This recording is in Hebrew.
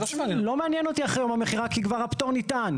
לא מעניין אותי אחרי יום המכירה כי הפטור כבר ניתן.